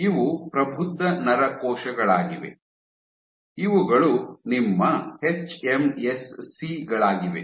ಇವು ಪ್ರಬುದ್ಧ ನರ ಕೋಶಗಳಾಗಿವೆ ಇವುಗಳು ನಿಮ್ಮ ಎಚ್ಎಂಎಸ್ಸಿ ಗಳಾಗಿವೆ